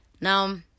now